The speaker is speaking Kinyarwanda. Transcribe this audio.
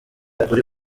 kuri